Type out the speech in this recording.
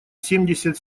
семьдесят